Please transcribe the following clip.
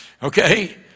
Okay